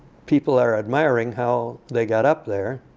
people are admiring how they got up there,